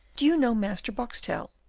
do you know master boxtel?